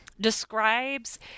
describes